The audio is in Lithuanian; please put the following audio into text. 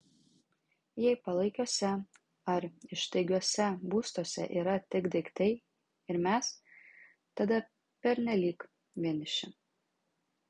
jei palaikiuose ar ištaigiuose būstuose yra tik daiktai ir mes tada pernelyg vieniši